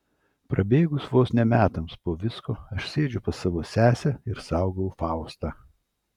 prabėgus vos ne metams po visko aš sėdžiu pas savo sesę ir saugau faustą